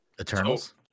Eternals